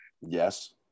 Yes